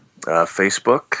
Facebook